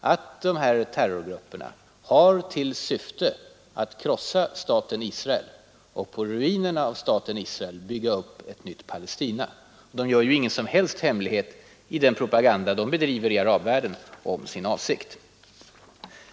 att de här terrorgrupperna har till syfte att krossa staten Israel och på ruinerna av den staten bygga upp ett nytt Palestina. De gör ingen som helst hemlighet av sin avsikt i den propaganda de bedriver i arabvärlden. Den andra punkten